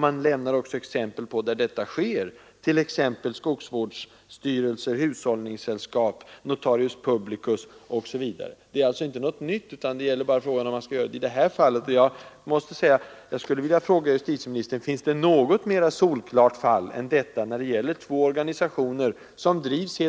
Man lämnar också exempel på fall där detta sker: skogsvårdsstyrelser, hushållningssällskap, notarius publicus m.fl. Det är alltså inte fråga om något principiellt nytt, utan det gäller bara om man skall tillämpa en sådan ordning också här. Jag skulle vilja fråga justitieminister: Finns det något mera solklart fall än detta? Det gäller ju två organisationer som drivs